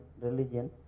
religion